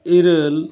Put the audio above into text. ᱤᱨᱟᱹᱞ